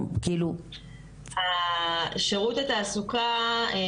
שירות התעסוקה היא